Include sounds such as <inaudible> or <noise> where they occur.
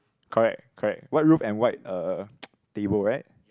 correct correct white roof and white uh <noise> table right